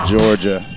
Georgia